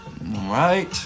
right